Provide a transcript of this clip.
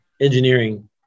engineering